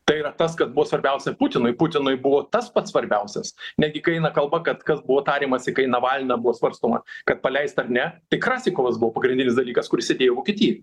tai yra tas kad buvo svarbiausia putinui putinui buvo tas pats svarbiausias netgi kai eina kalba kad kas buvo tariamasi kai navalną buvo svarstoma kad paleist ar ne tai krasikovas buvo pagrindinis dalykas kuris sėdėjo vokietijoj